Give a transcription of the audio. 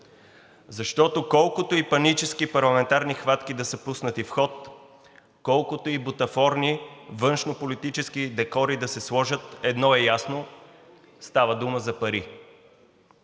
защото, колкото и панически парламентарни хватки да са пуснати в ход, колкото и бутафорни външнополитически декори да се сложат, едно е ясно – става дума за пари.